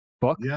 book